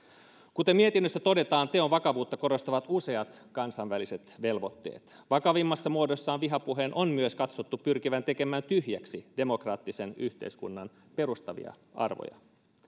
kuten mietinnössä todetaan teon vakavuutta korostavat useat kansainväliset velvoitteet vakavimmassa muodossaan vihapuheen on myös katsottu pyrkivän tekemään tyhjäksi demokraattisen yhteiskunnan perustavia arvoja